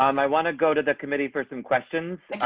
um i want to go to the committee for some questions.